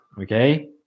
Okay